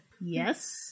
Yes